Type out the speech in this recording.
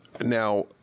Now